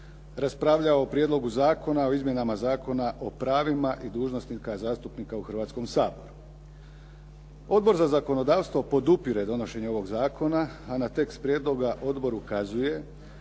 raspravljao o Prijedlogu zakona o izmjenama Zakona o pravima i dužnostima zastupnika u Hrvatskom saboru. Odbor za zakonodavstvo podupire donošenje ovog zakona a na tekst prijedlog odbor ukazuje